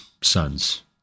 sons